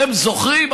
אתם זוכרים?